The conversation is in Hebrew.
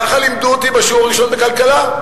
ככה לימדו אותי בשיעור הראשון בכלכלה.